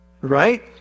Right